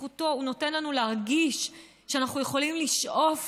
הוא נותן לנו להרגיש שאנחנו יכולים לשאוף